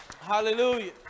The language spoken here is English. hallelujah